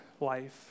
life